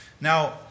Now